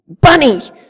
Bunny